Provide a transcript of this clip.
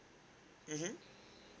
mmhmm